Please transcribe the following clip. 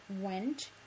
went